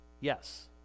yes